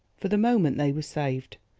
for the moment they were saved.